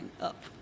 up